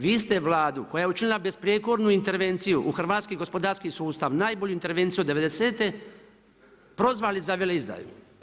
Vi ste Vladu koja je učinila besprijekornu intervenciju u hrvatski gospodarski sustav, najbolju intervenciju od '90.-te, prozvali za veleizdaju.